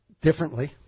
differently